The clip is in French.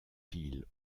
piles